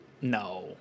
No